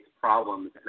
problems